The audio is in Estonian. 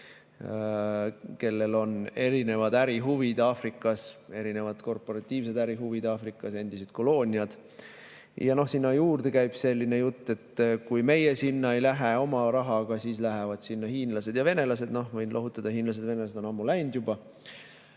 kellel on ärihuvid Aafrikas, erinevad korporatiivsed ärihuvid Aafrikas, endised kolooniad. Ja sinna juurde käib selline jutt, et kui meie sinna ei lähe oma rahaga, siis lähevad sinna hiinlased ja venelased. Noh, võin lohutada, hiinlased ja venelased on sinna juba